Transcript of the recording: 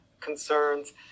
concerns